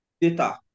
data